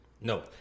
No